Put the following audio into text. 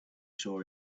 saw